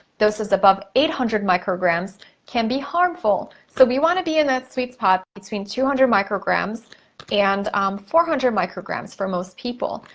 doses above eight hundred micrograms can be harmful. so, we wanna be in that sweet spot between two hundred micrograms and four hundred micrograms for most people.